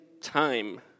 time